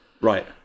Right